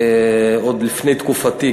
עוד לפני תקופתי,